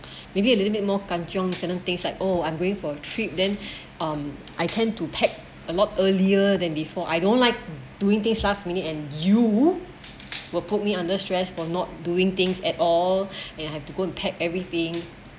maybe a little bit more kancheong certain things like oh I'm going for trip then um I tend to pack a lot earlier than before I don't like doing things last minute and you will put me under stress for not doing things at all and you have to go and pack everything